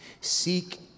seek